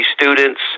students